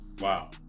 Wow